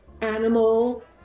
animal